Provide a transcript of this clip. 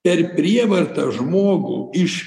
per prievartą žmogų iš